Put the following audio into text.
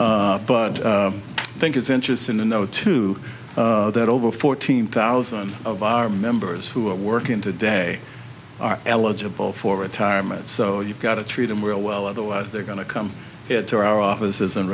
to but i think it's interesting to note too that over fourteen thousand of our members who are working today are eligible for retirement so you've got to treat them real well otherwise they're going to come to our offices and